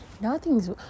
nothing's